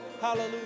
Hallelujah